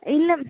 இல்லை